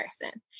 person